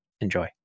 Enjoy